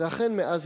ואכן מאז